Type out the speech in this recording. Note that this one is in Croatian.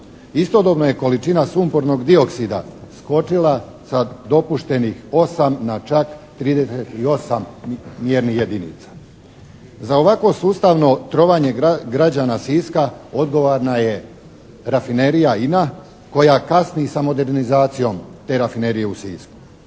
Istodobno je količina sumpornog dioksida skočila sa dopuštenih 8 na čak 38 mjernih jedinica. Za ovako sustavno trovanje građana Siska odgovorna je rafinerija INA koja kasni sa modernizacijom te rafinerije u Sisku.